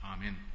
Amen